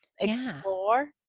explore